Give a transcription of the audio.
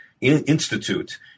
Institute